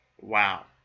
Wow